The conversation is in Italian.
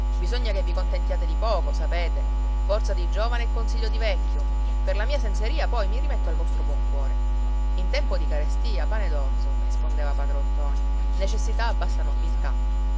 bisogna che vi contentiate di poco sapete forza di giovane e consiglio di vecchio per la mia senseria poi mi rimetto al vostro buon cuore in tempo di carestia pane d'orzo rispondeva padron ntoni necessità abbassa nobiltà